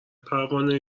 پروانه